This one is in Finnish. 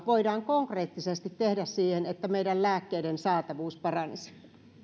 voidaan konkreettisesti tehdä että meillä lääkkeiden saatavuus paranisi